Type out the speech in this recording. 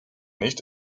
nicht